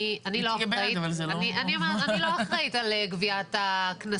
אני לא אחראית על גביית הקנסות.